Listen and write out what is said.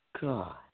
God